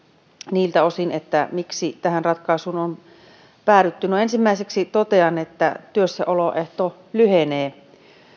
niiltä osin että miksi tähän ratkaisuun on päädytty no ensimmäiseksi totean että työssäoloehto lyhenee